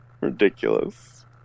Ridiculous